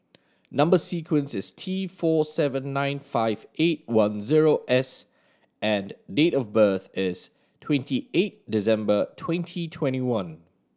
number sequence is T four seven nine five eight one zero S and date of birth is twenty eight December twenty twenty one